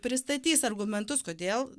pristatys argumentus kodėl